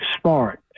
Smart